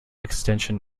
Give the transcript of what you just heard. extension